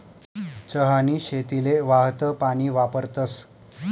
चहानी शेतीले वाहतं पानी वापरतस